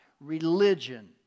religion